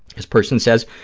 this person says,